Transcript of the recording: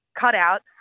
cutout